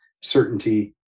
certainty